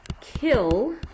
kill